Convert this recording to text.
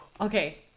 Okay